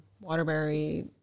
Waterbury